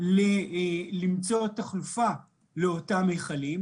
למצוא תחלופה לאותם מכלים.